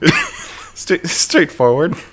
Straightforward